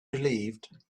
relieved